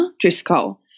Driscoll